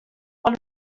ond